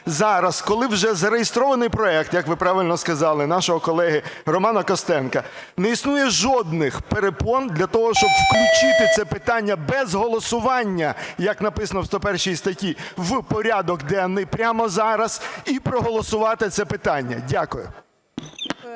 зараз, коли вже зареєстрований проект, як ви правильно сказали, нашого колеги Романа Костенка, не існує жодних перепон для того, щоб включити це питання без голосування, як написано в 101 статті, в порядок денний прямо зараз і проголосувати це питання? Дякую.